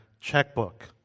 checkbook